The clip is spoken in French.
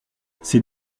ces